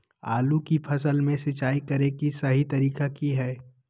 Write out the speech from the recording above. आलू की फसल में सिंचाई करें कि सही तरीका की हय?